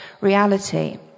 reality